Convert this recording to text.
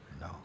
No